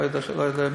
לא יודע,